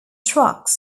trucks